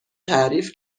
تعریف